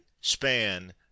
span